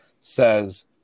says